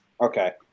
Okay